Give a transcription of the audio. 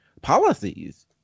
policies